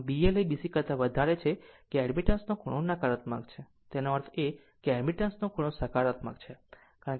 આમ જ્યારે B L એ B C કરતા વધારે છે કે એડમિટન્સ નો ખૂણો નકારાત્મક છે એનો અર્થ એ કે એડમિટન્સ નો ખૂણો સકારાત્મક છે